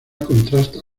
contrasta